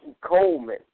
Coleman